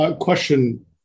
Question